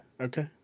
Okay